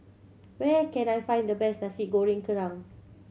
where can I find the best Nasi Goreng Kerang